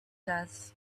does